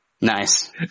Nice